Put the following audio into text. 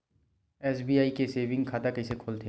SBI के saving खाता कइसे खोलथे?